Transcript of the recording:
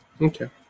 Okay